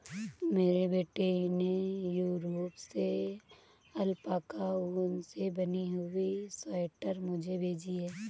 मेरे बेटे ने यूरोप से अल्पाका ऊन से बनी हुई स्वेटर मुझे भेजी है